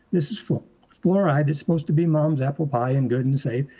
this is full fluoride. it's supposed to be mom's apple pie and good and safe.